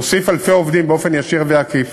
נוסיף אלפי עובדים באופן ישיר ועקיף,